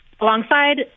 alongside